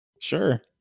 Sure